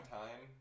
time